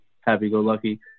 happy-go-lucky